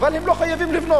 אבל הם לא חייבים לבנות.